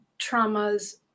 traumas